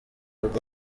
ubwo